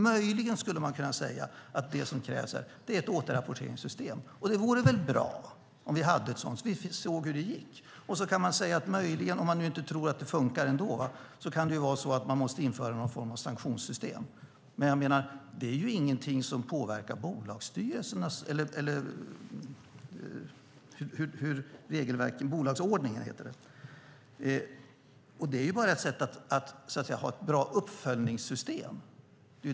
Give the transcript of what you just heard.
Möjligen skulle man kunna säga att det som krävs är ett återrapporteringssystem. Det vore väl bra om vi hade ett sådant, så att vi såg hur det gick. Om man nu inte tror att det fungerar ändå kan det möjligen vara så att man måste införa någon form av sanktionssystem. Men det är inget som påverkar bolagsordningarna. Det är bara ett sätt att ha ett bra uppföljningssystem.